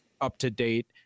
up-to-date